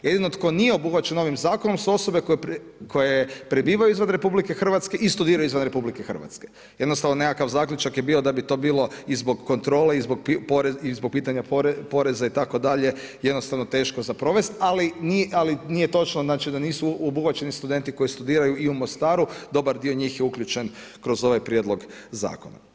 Jedino tko nije obuhvaćen ovim zakonom su osobe koje prebivaju izvan RH i studiraju izvan RH, jednostavno nekakav zaključak je bio da bi to bilo i zbog kontrole, i zbog pitanja poreza itd. jednostavno teško za provest, ali nije točno da nisu obuhvaćeni studenti koji studiraju i u Mostaru, dobar dio njih je uključen kroz ovaj prijedlog zakona.